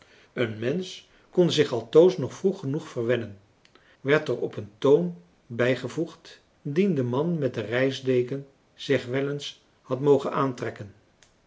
een mensch kon zich altoos nog vroeg genoeg verwennen werd er op een toon bijgevoegd dien de man met de reisdeken zich wel eens had mogen aantrekken